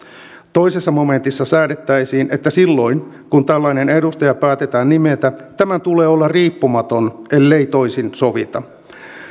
toisessa momentissa säädettäisiin että silloin kun tällainen edustaja päätetään nimetä tämän tulee olla riippumaton ellei toisin sovita